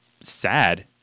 sad